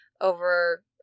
over